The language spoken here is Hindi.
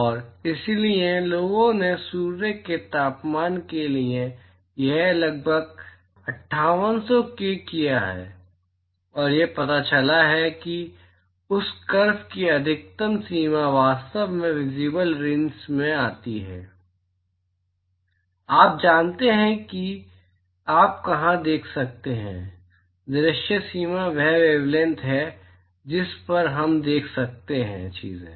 और इसलिए लोगों ने सूर्य के तापमान के लिए यह लगभग 5800K किया है और यह पता चला है कि उस कर्व की अधिकतम सीमा वास्तव में विज़ीबल रेंज में आती है आप जानते हैं कि आप कहां देख सकते हैं दृश्य सीमा वह वेवलैंथ है जिस पर हम देख सकते हैं चीज़ें